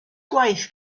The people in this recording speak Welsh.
gwaith